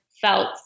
felt